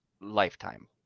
lifetime